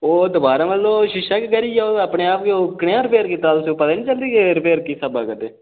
ओह् दवारा मतलब शीशा बी कह्ऱी जां अपने आप गै ओह् कनेहा रिपेअर कीता तुसें ई पता निं चलदी के रिपेअर किस स्हाबै दा करदे